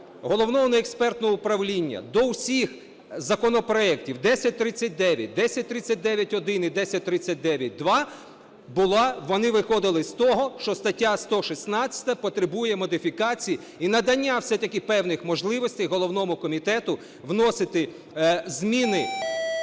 Головного експертного управління до всіх законопроектів: 1039, 1039-1 і 1039-2 - вони виходили з того, що стаття 116 потребує модифікації і надання все-таки певних можливостей головному комітету вносити зміни